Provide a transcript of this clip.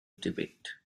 debate